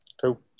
Cool